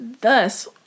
thus